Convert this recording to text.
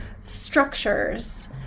structures